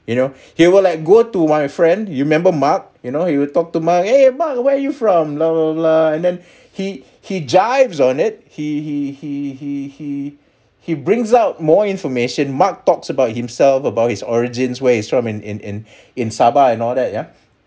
you know he will like go to my friend you remember mark you know you will talk to mark eh mark where are you from blah blah blah and then he he jibes on it he he he he he he brings out more information mark talks about himself about his origins where he's from in in in in sabah and all that ya